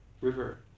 river